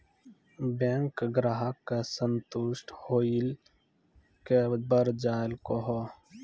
Bank ग्राहक के संतुष्ट होयिल के बढ़ जायल कहो?